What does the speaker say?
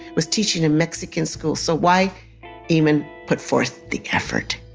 was teaching a mexican school, so why even put forth the effort?